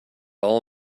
all